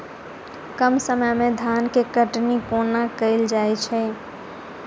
कम समय मे धान केँ कटनी कोना कैल जाय छै?